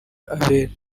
abere